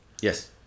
Yes